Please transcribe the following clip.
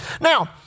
Now